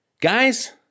Guys